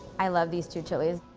i love these two chilies.